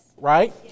Right